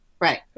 Right